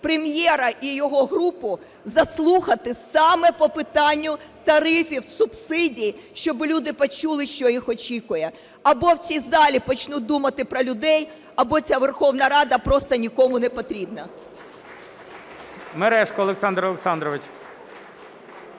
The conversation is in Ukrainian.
Прем'єра і його групу заслухати саме по питанню тарифів, субсидій, щоб люди почули, що їх очікує. Або в цій залі почнуть думати про людей, або ця Верховна Рада просто нікому не потрібна.